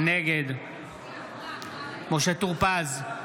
נגד משה טור פז,